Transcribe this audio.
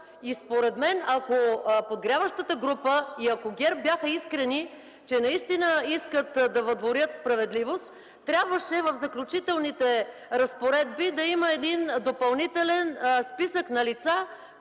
И според мен, ако подгряващата група и ако ГЕРБ бяха искрени, че наистина искат да въдворят справедливост, трябваше в Заключителните разпоредби да има допълнителен списък на лица,